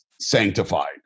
sanctified